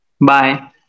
Bye